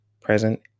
present